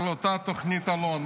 מה כותבים בכותרת של אותה תוכנית אלון,